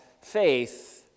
faith